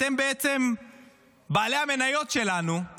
אתם בעצם בעלי המניות שלנו,